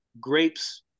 grapes